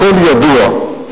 הכול ידוע.